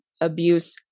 abuse